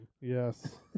Yes